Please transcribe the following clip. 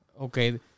okay